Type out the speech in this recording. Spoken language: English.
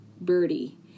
birdie